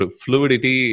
fluidity